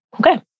Okay